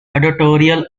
editorial